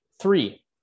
Three